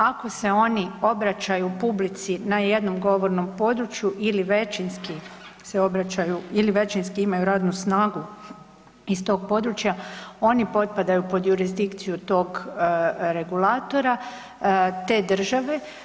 Ako se oni obraćaju publici na jednom govornom području ili većinski se obraćaju, ili većinski imaju radnu snagu iz tog područja, oni potpadaju pod jurisdikciju tog regulatora te države.